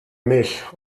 mich